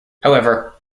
however